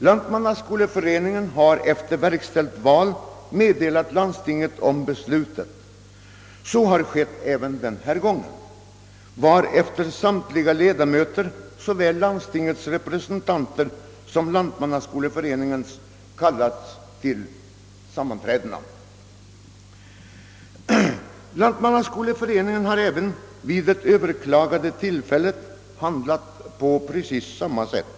Lantmannaskoleföreningen har då efter verkställt val meddelat landstinget beslutet — så har skett även denna gång — varefter samtliga ledamöter, såväl landstingets representanter som Lantmannaskoleföreningens, kallats till sammanträde. Lantmannaskoleföreningen har vid detta tillfälle handlat på precis samma sätt.